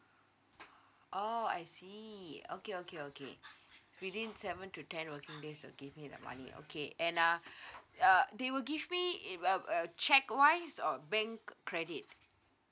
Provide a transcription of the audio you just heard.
oh I see okay okay okay within seven to ten working days they'll give me the money okay and uh uh they will give me uh cheque wise or bank credit